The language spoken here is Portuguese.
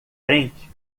frente